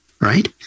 right